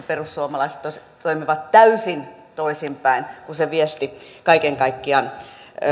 perussuomalaiset toimivat täysin toisinpäin kuin se viesti kaiken kaikkiaan